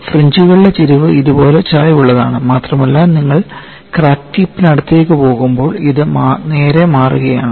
ഫ്രിഞ്ച്കളുടെ ചരിവ് ഇതുപോലെ ചായ്വുള്ളതാണ് മാത്രമല്ല നിങ്ങൾ ക്രാക്ക് ടിപ്പിനടുത്തേക്ക് പോകുമ്പോൾ ഇത് നേരെ മാറുകയാണ്